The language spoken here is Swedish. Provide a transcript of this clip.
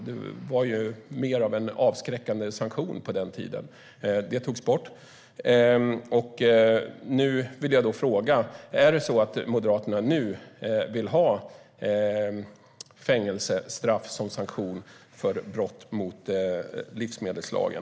Det fanns alltså en mer avskräckande sanktion på den tiden, men den togs bort. Är det så att Moderaterna nu vill ha fängelsestraff som sanktion för brott mot livsmedelslagen?